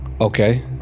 Okay